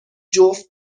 جفت